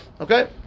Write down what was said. Okay